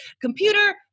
Computer